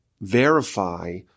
verify